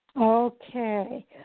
Okay